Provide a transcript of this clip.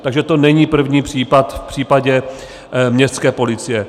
Takže to není první případ v případě městské policie.